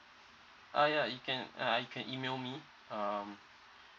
uh ya you can uh you can email me um